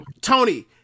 Tony